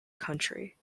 country